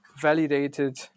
validated